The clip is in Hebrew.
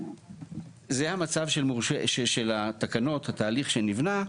זה המצב של התקנות, התהליך שנבנה.